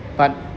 but